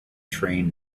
train